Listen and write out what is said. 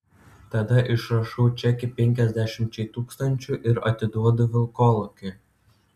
tada išrašau čekį penkiasdešimčiai tūkstančių ir atiduodu vilkolakiui